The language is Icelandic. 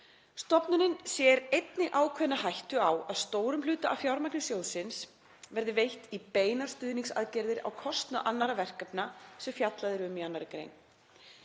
Stofnunin sér einnig ákveðna hættu á að stórum hluta af fjármagni sjóðsins verði veitt í beinar stuðningsaðgerðir á kostnað annarra verkefna sem fjallað er um í 2. gr.